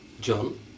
John